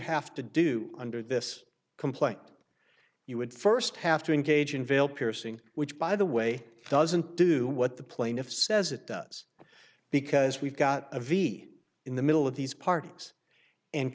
have to do under this complaint you would first have to engage in veil piercing which by the way doesn't do what the plaintiff says it does because we've got a v in the middle of these parties and